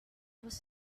was